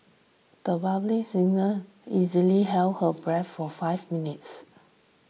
the violin singer easily held her breath for five minutes